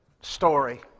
story